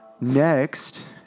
Next